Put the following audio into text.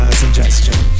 suggestion